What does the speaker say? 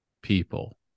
people